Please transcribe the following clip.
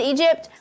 Egypt